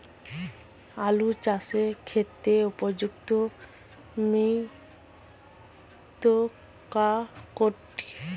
আলু চাষের ক্ষেত্রে উপযুক্ত মৃত্তিকা কোনটি?